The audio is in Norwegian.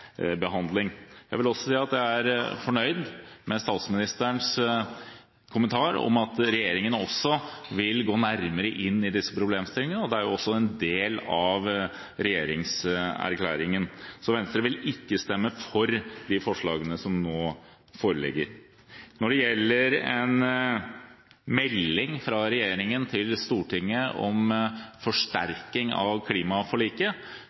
Jeg vil også si at jeg er fornøyd med statsministerens kommentar om at regjeringen vil gå nærmere inn i disse problemstillingene. Det er også en del av regjeringserklæringen. Venstre vil ikke stemme for de forslagene som nå foreligger. Når det gjelder en melding fra regjeringen til Stortinget om forsterking av klimaforliket,